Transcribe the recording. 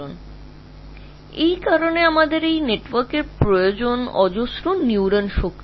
সুতরাং অনেক নিউরন আছে এবং সে কারণেই নেটওয়ার্কের প্রয়োজন এবং সিন্যাপটিক হল অনেক নিউরনের শক্তি